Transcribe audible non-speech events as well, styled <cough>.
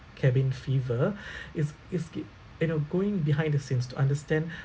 cabin fever <breath> it's it's get you know going behind the scenes to understand <breath>